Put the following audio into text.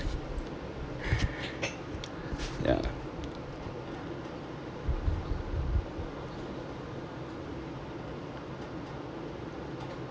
ya